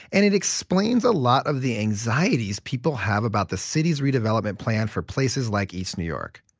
and it explains a lot of the anxieties people have about the city's redevelopment plan for places like east new york.